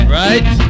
right